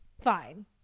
Fine